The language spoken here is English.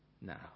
now